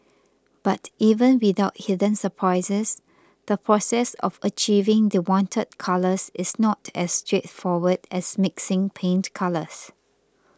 but even without hidden surprises the process of achieving the wanted colours is not as straightforward as mixing paint colours